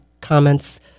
comments